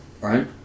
right